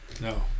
No